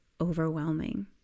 overwhelming